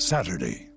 Saturday